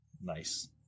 nice